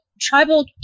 tribal